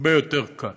הרבה יותר קל.